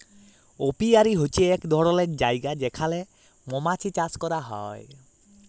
apiary হছে ইক ধরলের জায়গা যেখালে মমাছি চাষ ক্যরা হ্যয়